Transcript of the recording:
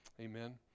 amen